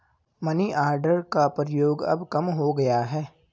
money order का प्रयोग अब कम हो गया है